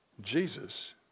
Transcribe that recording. Jesus